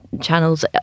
channels